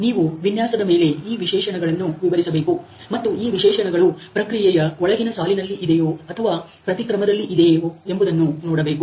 ನೀವು ವಿನ್ಯಾಸದ ಮೇಲೆ ಈ ವಿಶೇಷಣಗಳನ್ನು ವಿವರಿಸಬೇಕು ಮತ್ತು ಈ ವಿಶೇಷಣಗಳು ಪ್ರಕ್ರಿಯೆಯ ಒಳಗಿನ ಸಾಲಿನಲ್ಲಿ ಇದೆಯೋ ಅಥವಾ ಪ್ರತಿಕ್ರಮದಲ್ಲಿ ಇದೆಯೇ ಎಂಬುದನ್ನು ನೋಡಬೇಕು